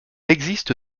existe